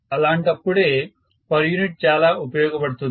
అలాంటప్పుడే per unit చాలా ఉపయోగపడుతుంది